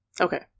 okay